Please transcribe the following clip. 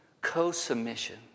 co-submission